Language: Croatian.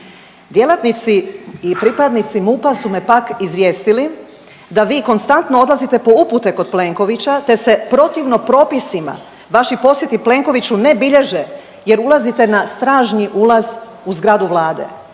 Djelatnici i pripadnici MUP-a su me pak izvijestili da vi konstantno odlazite po upute kod Plenkovića, te se protivno propisima vaši posjeti Plenkoviću ne bilježe jer ulazite na stražnji ulaz u zgradu Vlade.